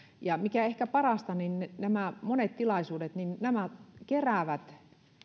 ja mikä ehkä parasta nämä monet tilaisuudet keräävät